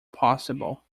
possible